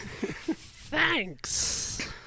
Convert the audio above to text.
Thanks